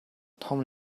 том